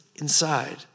inside